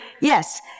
yes